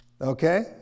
Okay